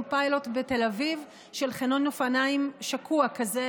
פיילוט בתל אביב של חניון אופניים שקוע כזה,